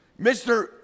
mr